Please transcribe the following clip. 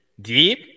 deep